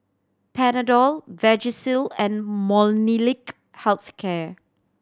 Panadol Vagisil and Molnylcke Health Care